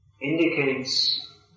indicates